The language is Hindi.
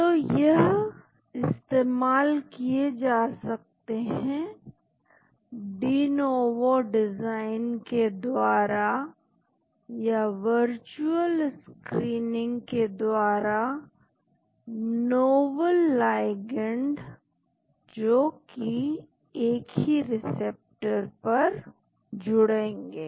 तो यह इस्तेमाल किए जा सकते हैं डिनोवो डिजाइन के द्वारा या वर्चुअल स्क्रीनिंग के द्वारा नोवल लाइगैंड जो कि एक ही रिसेप्टर पर जुड़ेंगे